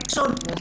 הכישרונות,